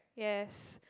yes